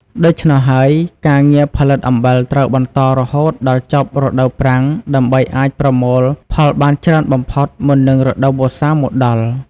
ដូច្នោះហើយ ការងារផលិតអំបិលត្រូវបន្តរហូតដល់ចប់រដូវប្រាំងដើម្បីអាចប្រមូលផលបានច្រើនបំផុតមុននឹងរដូវវស្សាមកដល់។